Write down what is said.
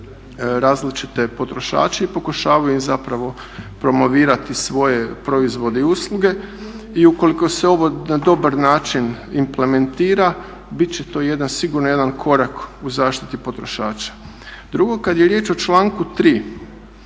različite potrošače i pokušavaju im zapravo promovirati svoje proizvode i usluge. I ukoliko se ovo na dobar način implementira bit će to sigurno jedan korak u zaštiti potrošača. Drugo, kad je riječ o članku 3.